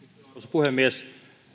puhemies